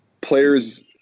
players